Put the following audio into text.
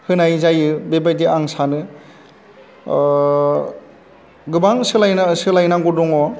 होनाय जायो बेबायदि आं सानो गोबां सोलायनो सोलायनांगौ दङ